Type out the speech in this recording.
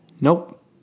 Nope